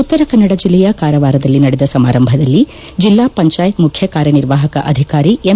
ಉತ್ತರಕನ್ನಡ ಜಿಲ್ಲೆಯ ಕಾರವಾರದಲ್ಲಿ ನಡೆದ ಸಮಾರಂಭದಲ್ಲಿ ಜಿಲ್ಲಾಪಂಚಾಯತ್ ಮುಖ್ಯ ಕಾರ್ಯನಿರ್ವಾಹಕ ಅಧಿಕಾರಿ ಎಂ